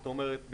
זאת אומרת,